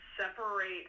separate